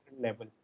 level